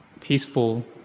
peaceful